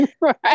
Right